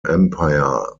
empire